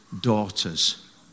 daughters